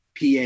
PA